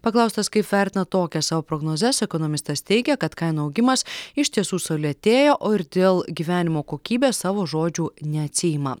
paklaustas kaip vertina tokias savo prognozes ekonomistas teigė kad kainų augimas iš tiesų sulėtėjo o ir dėl gyvenimo kokybės savo žodžių neatsiima